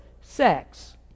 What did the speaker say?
sex